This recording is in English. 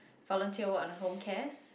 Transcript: volunteer work under Home Cares